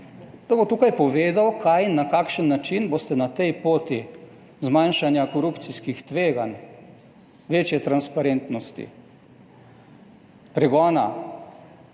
da bo tukaj povedal, kaj in na kakšen način boste na tej poti zmanjšanja korupcijskih tveganj, večje transparentnosti, pregona